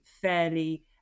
fairly